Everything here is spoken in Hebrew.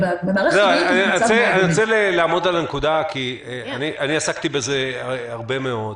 אני רוצה לעמוד על הנקודה כי אני עסקתי בזה הרבה מאוד,